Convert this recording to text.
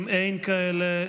אם אין כאלה,